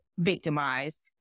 victimized